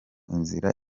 inzira